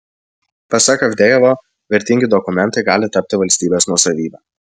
pasak avdejevo vertingi dokumentai gali tapti valstybės nuosavybe